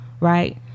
right